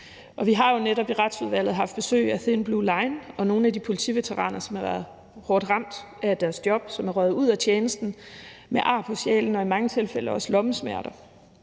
Vi har jo netop i Retsudvalget haft besøg af Thin Blue Line og nogle af de politiveteraner, som har været hårdt ramt af deres job, og som er røget ud af tjenesten med ar på sjælen og i mange tilfælde også lommesmerter.